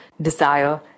desire